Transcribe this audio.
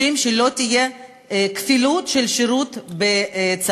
נדרוש שלא תהיה כפילות של שירות בצבא.